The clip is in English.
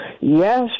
Yes